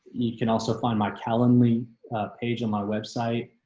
you can also find my calendar page on my website,